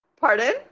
pardon